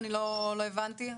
לא הבנתי.